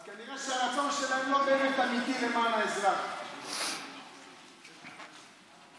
אז כנראה שהרצון שלהם לפעול למען האזרח לא באמת אמיתי.